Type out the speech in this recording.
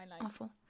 awful